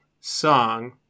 song